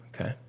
Okay